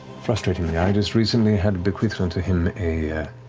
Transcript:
frustratingly, i just recently had bequeathed unto him a